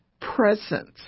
presence